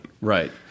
Right